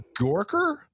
Gorker